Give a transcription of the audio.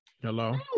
Hello